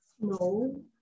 No